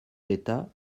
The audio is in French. l’état